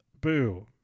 Boo